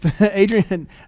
Adrian